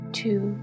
two